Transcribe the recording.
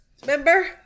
Remember